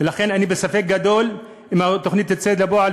ולכן אני בספק אם התוכנית תצא לפועל,